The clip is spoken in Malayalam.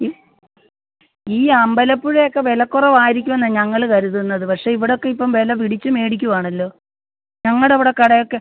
ഈ ഈ അമ്പലപ്പുഴയൊക്കെ വിലക്കുറവ് ആയിരിക്കുമെന്നാണ് ഞങ്ങൾ കരുതുന്നത് പക്ഷേ ഇവിടൊക്കെ ഇപ്പം വില പിടിച്ച് മേടിക്കുവാണല്ലോ ഞങ്ങടിവിടെ കടയൊക്കെ